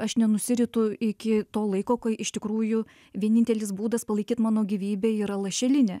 aš nenusiritu iki to laiko kai iš tikrųjų vienintelis būdas palaikyt mano gyvybę yra lašelinė